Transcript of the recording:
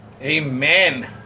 Amen